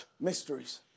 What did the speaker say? Mysteries